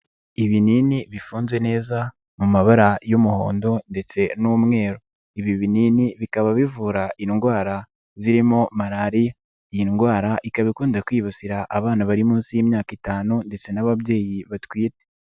Ibinini bifunze neza mu mabara y'umuhondo ndetse n'umweru, ibi binini bikaba bivura indwara zirimo Malariya, iyi ndwara ikaba ikunda kwibasira abana bari munsi y'imyaka itanu ndetse n'ababyeyi batwite.